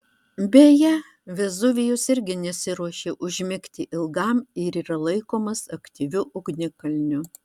beje vezuvijus irgi nesiruošia užmigti ilgam ir yra laikomas aktyviu ugnikalniu